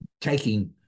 taking